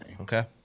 Okay